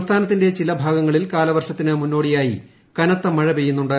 സംസ്ഥാനത്തിന്റെ ചില ഭാഗങ്ങളിൽ കാലവർഷത്തിന് മുന്നോടിയായി കനത്ത മഴ പെയ്യുന്നുണ്ട്